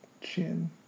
chin